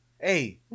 Hey